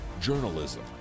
journalism